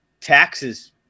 taxes